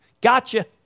Gotcha